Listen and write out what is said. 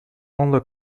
only